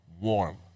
warm